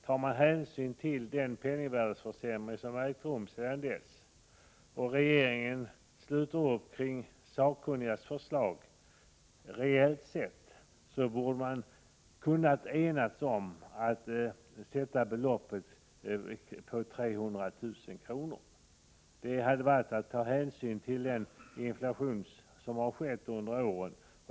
Om vi tar hänsyn till den penningvärdesförsämring som ägt rum sedan dess och om regeringen realt sett sluter upp kring de sakkunnigas förslag, borde man kunna enas om att sätta beloppet till 300 000 kr. Man hade då tagit hänsyn till den inflation som har skett under åren.